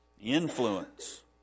Influence